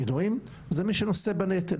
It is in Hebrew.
מילואים זה מי שנושא בנטל,